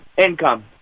income